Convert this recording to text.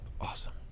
awesome